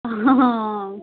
অঁ